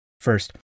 First